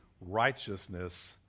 righteousness